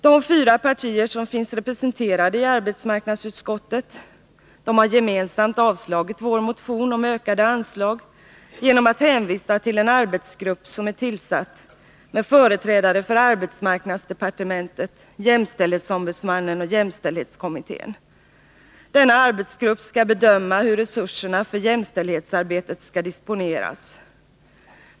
De fyra partier som finns representerade i arbetsmarknadsutskottet har gemensamt avstyrkt vår motion om ökade anslag genom att hänvisa till en arbetsgrupp, som är tillsatt med företrädare för arbetsmarknadsdepartementet, jämställdhetsombudsmannen och jämställdhetskommittén. Denna arbetsgrupp skall bedöma hur resurserna för jämställdhetsarbetet skall disponeras.